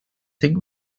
think